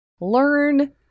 learn